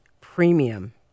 premium